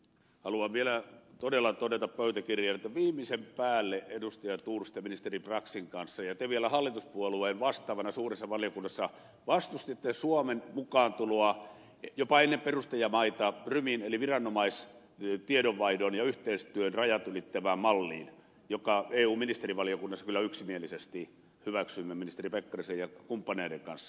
haluan vielä todella todeta pöytäkirjaan että viimeisen päälle ministeri thors te ministeri braxin kanssa ja te vielä hallituspuolueen vastaavana suuressa valiokunnassa vastustitte suomen mukaantuloa jopa ennen perustajamaita prumin eli viranomaistiedonvaihdon ja yhteistyön rajat ylittävään malliin jonka eun ministerivaliokunnassa kyllä yksimielisesti hyväksyimme ministeri pekkarisen ja kumppaneiden kanssa